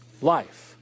life